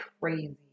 Crazy